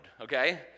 okay